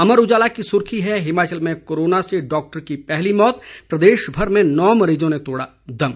अमर उजाला की सुर्खी है हिमाचल में कोरोना से डॉक्टर की पहली मौत प्रदेश भर में नौ मरीजों ने तोड़ा दम